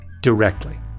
directly